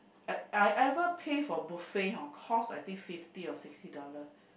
I I ever pay for buffet hor cost I think fifty or sixty dollar